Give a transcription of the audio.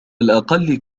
الأقل